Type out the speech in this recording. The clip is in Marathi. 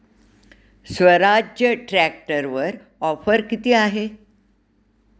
स्वराज्य ट्रॅक्टरवर ऑफर किती आहे?